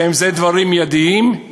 שזה דברים מיידיים,